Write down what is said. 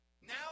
Now